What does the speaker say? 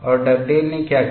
और डगडेल ने क्या किया